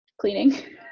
cleaning